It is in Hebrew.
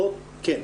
כן.